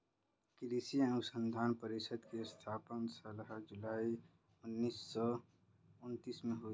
कृषि अनुसंधान परिषद की स्थापना सोलह जुलाई उन्नीस सौ उनत्तीस में हुई